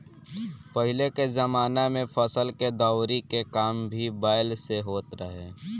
पहिले के जमाना में फसल के दवरी के काम भी बैल से होत रहे